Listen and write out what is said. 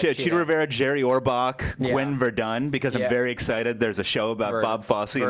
yeah chita rivera, jerry orbach, gwen verdon because i'm very excited there's a show about bob fosse yeah